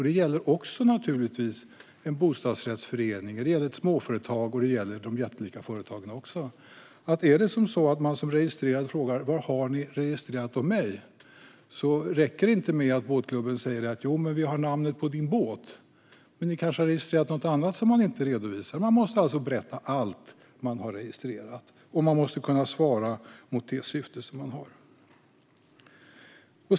Det gäller naturligtvis också en bostadsrättsförening, ett småföretag och även de jättelika företagen. Om en registrerad frågar vad som har registrerats om denne räcker det inte med att båtklubben säger: Vi har namnet på din båt. Men man kanske har registrerat något annat som de inte redovisar. Man måste alltså berätta allt man har registrerat, och det måste kunna svara mot det syfte som man har.